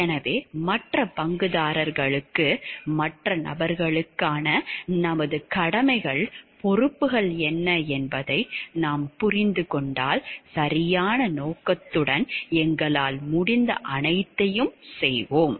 எனவே மற்ற பங்குதாரர்களுக்கு மற்ற நபருக்கான நமது கடமைகள் பொறுப்புகள் என்ன என்பதை நாம் புரிந்து கொண்டால் சரியான நோக்கத்துடன் எங்களால் முடிந்த அனைத்தையும் செய்வோம்